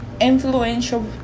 influential